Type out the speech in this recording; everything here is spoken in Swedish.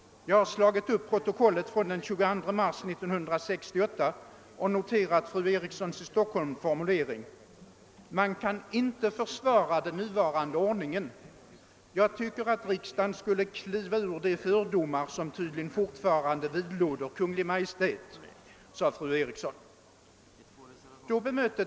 Jag har slagit upp protokollet från den 22 mars 1968 och noterat fru Erikssons i Stockholm formulering: »Man kan inte försvara den nuvarande ordningen -— jag tycker att riksdagen skall kliva ur de fördomar, som tydligen = fortfarande = vidlåder Kungl. Maj:t«, sade fru Eriksson.